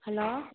hello